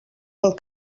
pel